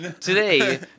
Today